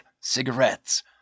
cigarettes